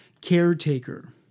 caretaker